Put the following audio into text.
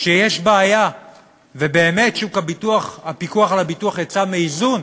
שיש בעיה ובאמת שוק הפיקוח על הביטוח יצא מאיזון